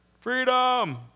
Freedom